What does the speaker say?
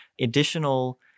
additional